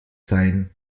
sein